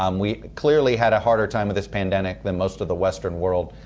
um we clearly had a harder time with this pandemic than most of the western world.